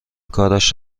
کارش